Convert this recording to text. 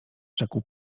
rzekł